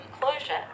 conclusion